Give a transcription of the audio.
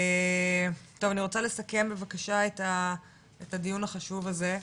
טוב אני רוצה לסכם את הדיון החשוב הזה.